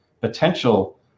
potential